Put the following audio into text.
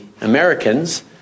Americans